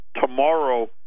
tomorrow